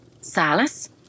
Silas